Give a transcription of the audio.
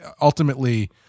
ultimately